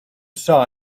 saw